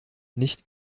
nicht